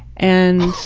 and,